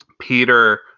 peter